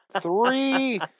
Three